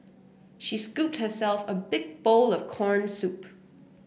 she scooped herself a big bowl of corn soup